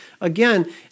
again